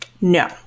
No